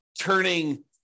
turning